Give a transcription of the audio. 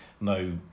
no